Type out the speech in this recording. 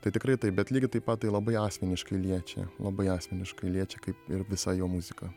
tai tikrai taip bet lygiai taip pat tai labai asmeniškai liečia labai asmeniškai liečia kaip ir visa jo muzika